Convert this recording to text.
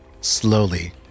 Slowly